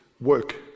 work